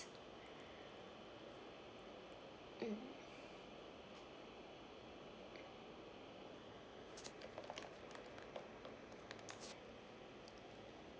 mm